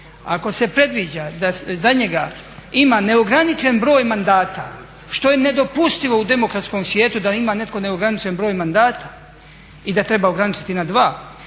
Ako se predviđa da za njega ima neograničen broj mandata što je nedopustivo u demokratskom svijetu da ima netko neograničen broj mandata i da treba ograničiti na dva,